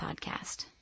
podcast